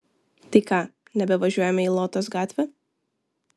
tai ką nebevažiuojame į lotos gatvę